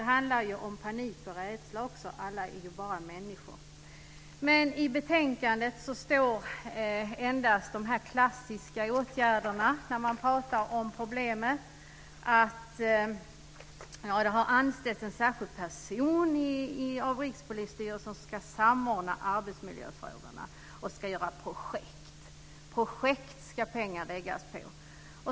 Det kan också handla om panik och rädsla. I betänkandet står endast upptagna de klassiska åtgärderna när det gäller dessa problem. Rikspolisstyrelsen har t.ex. anställt en särskild person som ska samordna arbetsmiljöfrågorna och starta projekt. Projekt är det som pengar ska läggas på.